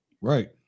Right